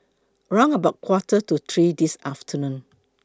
round about Quarter to three This afternoon